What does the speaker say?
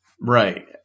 Right